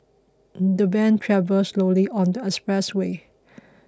the van travelled slowly on the expressway